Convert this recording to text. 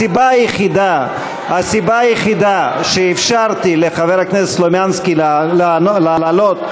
הסיבה היחידה שאפשרתי לחבר הכנסת סלומינסקי לענות,